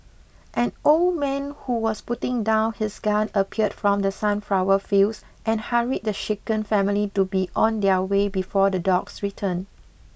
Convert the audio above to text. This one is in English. an old man who was putting down his gun appeared from the sunflower fields and hurried the shaken family to be on their way before the dogs return